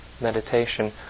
meditation